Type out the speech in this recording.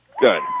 Good